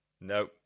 No